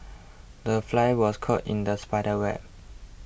the fly was caught in the spider's web